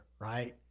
right